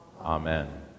Amen